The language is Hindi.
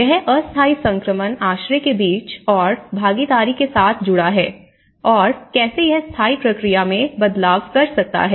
यह अस्थायी संक्रमण आश्रय के बीच और भागीदारी के साथ जुड़ा है और कैसे यह स्थायी प्रक्रिया में बदलाव कर सकता है